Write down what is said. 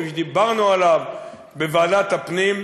כפי שדיברנו עליו בוועדת הפנים,